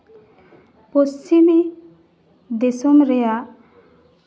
ᱯᱚᱥᱪᱤᱢᱤ ᱫᱤᱥᱚᱢ ᱨᱮᱭᱟᱜ